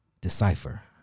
decipher